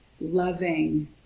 Loving